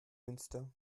münster